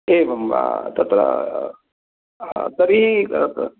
एवं वा तत्र तर्हि